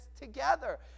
together